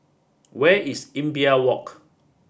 where is Imbiah Walk